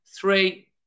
three